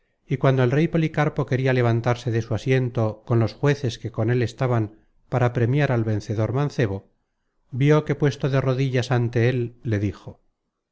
y cuando el rey policarpo queria levantarse de su asiento con los jueces que con el estaban para premiar al vencedor mancebo vió que puesto de rodillas ante él le dijo